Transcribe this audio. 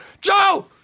Joe